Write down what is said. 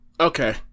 okay